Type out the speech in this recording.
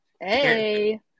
hey